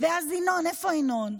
ואז ינון, איפה ינון?